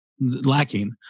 lacking